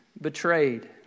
betrayed